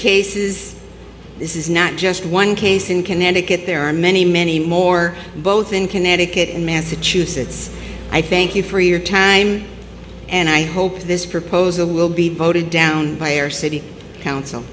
cases this is not just one case in connecticut there are many many more both in connecticut and massachusetts i thank you for your time and i hope this proposal will be voted down by our city council